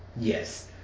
yes